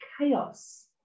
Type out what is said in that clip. chaos